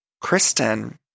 Kristen